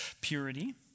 purity